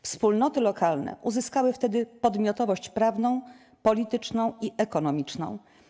Wspólnoty lokalne uzyskały wtedy podmiotowość prawną, polityczną i ekonomiczną.